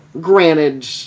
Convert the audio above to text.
granted